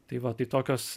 tai va tai tokios